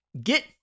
get